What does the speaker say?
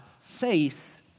face